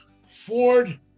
Ford